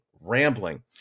rambling